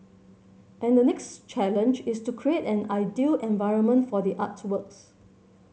and the next challenge is to create an ideal environment for the artworks